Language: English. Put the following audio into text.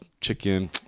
chicken